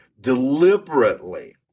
deliberately